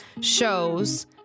shows